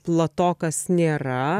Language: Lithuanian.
platokas nėra